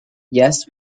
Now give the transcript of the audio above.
yes